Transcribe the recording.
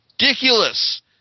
Ridiculous